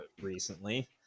recently